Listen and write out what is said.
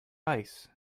ice